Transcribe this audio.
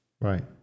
Right